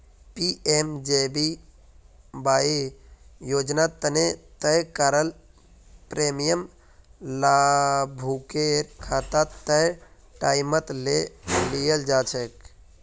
PMJBY योजना तने तय कराल प्रीमियम लाभुकेर खाता स तय टाइमत ले लियाल जाछेक